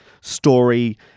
story